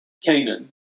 Canaan